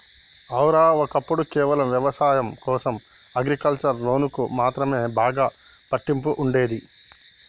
ఔర, ఒక్కప్పుడు కేవలం వ్యవసాయం కోసం అగ్రికల్చర్ లోన్లకు మాత్రమే బాగా పట్టింపు ఉండేది